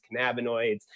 cannabinoids